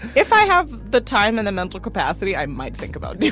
if i have the time and the mental capacity, i might think about it